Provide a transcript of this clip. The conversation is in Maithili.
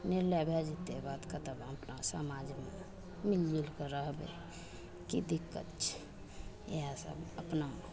निर्णय भै जएतै बात खतम हम अपना समाजमे मिलिजुलिके रहबै कि दिक्कत छै इएहसब अपना